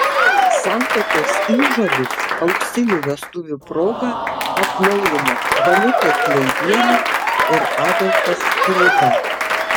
santuokos įžadus auksinių vestuvių proga atnaujino danutė kleibienė ir adolfas kleiba